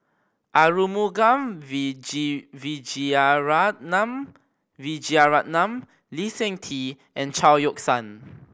Arumugam Vijiaratnam Vijiaratnam Lee Seng Tee and Chao Yoke San